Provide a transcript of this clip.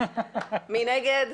מי נגד?